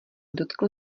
dotkl